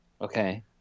Okay